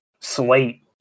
slate